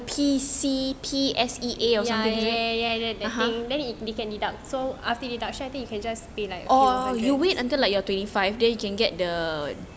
ya that thing then they can deduct so after deduction I think you can just pay like a few hundred